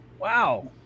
wow